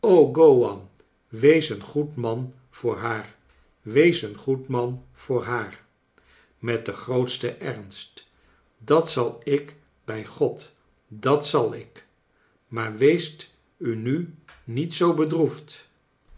wees een goede man voor haar wees een goecle man voor haar met den grootsten ernst dat zal ik bij god dat zal ik maar weest u nu niet zoo